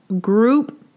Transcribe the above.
group